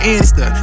Insta